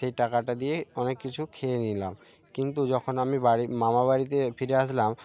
সেই টাকাটা দিয়ে অনেক কিছু খেয়ে নিলাম কিন্তু যখন আমি বাড়ি মামাবাড়িতে ফিরে আসলাম